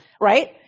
right